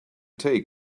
take